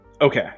Okay